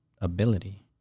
ability